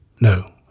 No